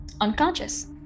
Unconscious